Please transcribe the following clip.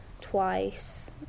twice